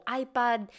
iPad